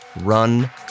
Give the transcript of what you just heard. run